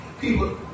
people